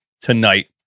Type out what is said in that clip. tonight